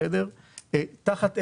תחת אש,